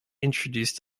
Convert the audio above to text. introduced